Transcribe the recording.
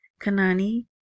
Kanani